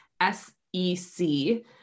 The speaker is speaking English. S-E-C